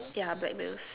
yeah black wheels